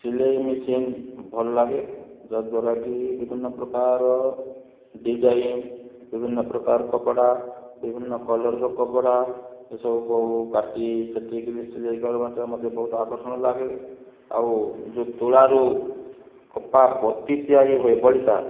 ସିଲେଇ ମେସିନ୍ ଭଲଲାଗେ ଯାହାଦ୍ଵାରାକି ବିଭିନ୍ନ ପ୍ରକାର ଡିଜାଇନ୍ ବିଭିନ୍ନ ପ୍ରକାର କପଡ଼ା ବିଭିନ୍ନ କଲରର କପଡ଼ା ଏଇସବୁ କାଟିଛାଟିକିରି ସିଲେଇ କରିବାଟା ମୋତେ ବହୁତ ଆକର୍ଷଣ ଲାଗେ ଆଉ ଯେଉଁ ତୁଳାରୁ କପାବତୀ ତିଆରି ହୁଏ ବଳିତା